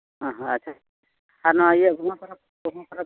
ᱟᱪᱪᱷᱟ ᱟᱨ ᱱᱚᱣᱟ ᱤᱭᱟᱹ ᱜᱚᱢᱦᱟ ᱯᱟᱨᱟᱵᱽ ᱜᱚᱢᱦᱟ ᱯᱟᱨᱟᱵᱽ